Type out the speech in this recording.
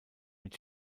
mit